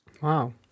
wow